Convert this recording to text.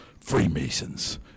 Freemasons